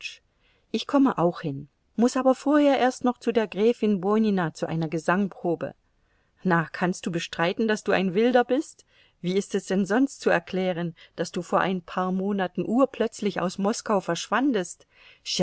ich komme auch hin muß aber vorher erst noch zu der gräfin bonina zu einer gesangsprobe na kannst du bestreiten daß du ein wilder bist wie ist es denn sonst zu erklären daß du vor ein paar monaten urplötzlich aus moskau verschwandest